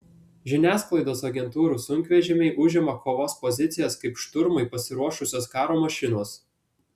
žiniasklaidos agentūrų sunkvežimiai užima kovos pozicijas kaip šturmui pasiruošusios karo mašinos